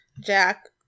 Jack